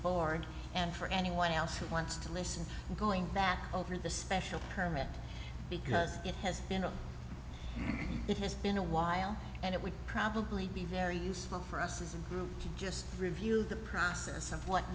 board and for anyone else who wants to listen to going back over the special permit because it has been a it has been a while and it would probably be very useful for us as a group just review the process of what